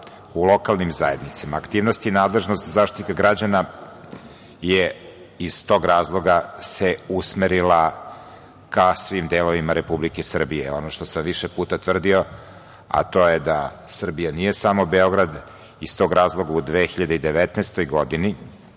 u lokalnim zajednicama. Aktivnost i nadležnost Zaštitnika građana se iz tog razloga usmerila ka svim delovima Republike Srbije. Ono što sam više puta tvrdio, a to je da Srbija nije samo Beograd, iz tog razloga u 2019. godini,